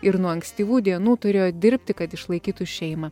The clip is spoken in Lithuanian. ir nuo ankstyvų dienų turėjo dirbti kad išlaikytų šeimą